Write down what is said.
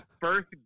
first